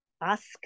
Ask